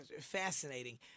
fascinating